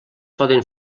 poden